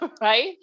right